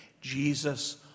Jesus